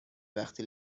وقتی